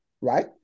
right